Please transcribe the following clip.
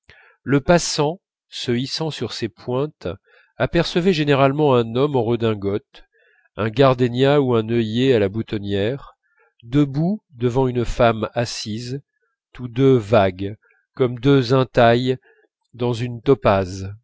le passant se hissant sur ses pointes apercevait généralement un homme en redingote un gardénia ou un œillet à la boutonnière debout devant une femme assise tous deux vagues comme deux intailles dans une topaze